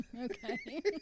okay